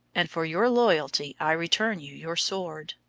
and for your loyalty i return you your sword.